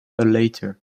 letter